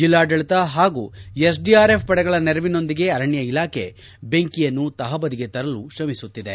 ಜಿಲ್ಲಾಡಳಿತ ಹಾಗೂ ಎಸ್ಡಿಆರ್ಎಫ್ ಪಡೆಗಳ ನೆರವಿನೊಂದಿಗೆ ಅರಣ್ಯ ಇಲಾಖೆ ಬೆಂಕಿಯನ್ನು ತಹಬದಿಗೆ ತರಲು ಶ್ರಮಿಸುತ್ತಿದೆ